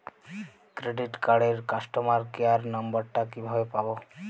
Credit কার্ডের customer care number টা কিভাবে পাবো?